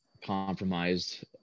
compromised